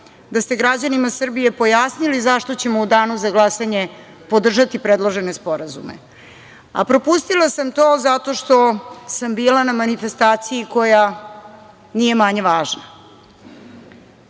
da ste građanima Srbije pojasnili zašto ćemo u danu za glasanje podržati predložene sporazume. Propustila sam to zato što sam bila na manifestaciji koja nije manje važna.